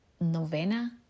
novena